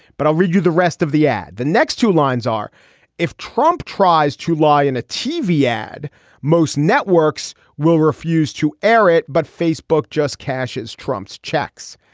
but i'll read you the rest of the ad the next two lines are if trump tries to lie in a tv ad most networks will refuse to air it. but facebook just cashes trump's checks.